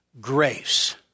grace